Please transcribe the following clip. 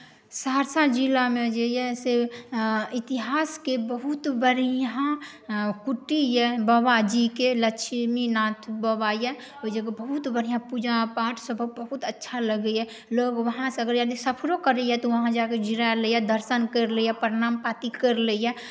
सहरसा जिलामे जे अइ से इतिहासके बहुत बढ़िआँ कुटी अइ बाबाजीके लक्ष्मीनाथ बाबा अइ ओहि जगह बहुत अच्छा पूजा पाठ बहुत अच्छा लगैए लोक वहाँ से यदि सफरो करैए तऽ वहाँ जाकऽ हाथ जोड़ि लैए दर्शन करि लैए प्रणाम पाती करि लैए